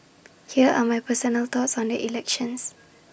here are my personal thoughts on the elections